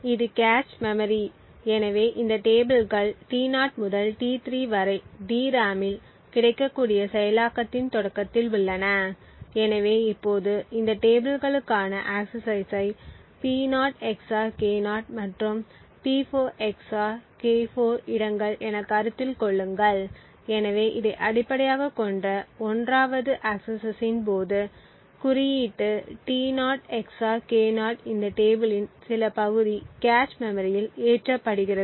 இது cache memory எனவே இந்த டேபிள்கள் T0 முதல் T3 வரை டிராமில் கிடைக்கக்கூடிய செயலாக்கத்தின் தொடக்கத்தில் உள்ளன எனவே இப்போது இந்த டேபிளுக்குக்கான ஆக்ஸிஸ்சை P0 XOR K0 மற்றும் P4 XOR K4 இடங்கள் என கருத்தில் கொள்ளுங்கள் எனவே இதை அடிப்படையாகக் கொண்ட 1 வது ஆக்கசஸ்சின் போது குறியீட்டு T0 XOR K0 இந்த டேபிளின் சில பகுதி கேச் மெமரியில் ஏற்றப்படுகிறது